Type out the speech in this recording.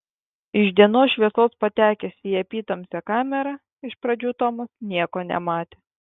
iš dienos šviesos patekęs į apytamsę kamerą iš pradžių tomas nieko nematė